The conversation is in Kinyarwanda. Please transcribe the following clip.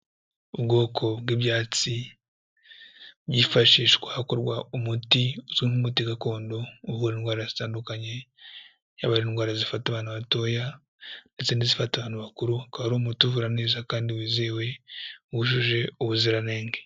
Ubwoko bw'ibyatsi byifashishwa hakorwa umuti, uzwi nk'umuti gakondo uvura indwara zitandukanye, yaba ari indwara zifata abana batoya ndetse n'izifata abantu bakuru, akaba ari umuti uvura neza kandi wizewe, wujuje ubuziranenge.